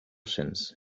sense